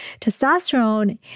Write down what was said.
testosterone